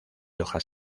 hojas